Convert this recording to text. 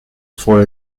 for